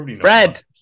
Fred